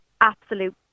absolute